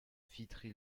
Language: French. vitry